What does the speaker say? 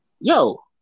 Yo